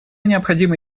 необходимо